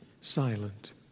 silent